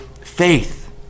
faith